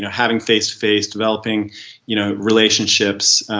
having face-to-face, developing you know relationships.